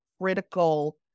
critical